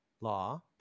law